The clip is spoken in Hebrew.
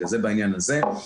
זה בעניין הזה.